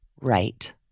Right